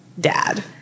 dad